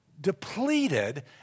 depleted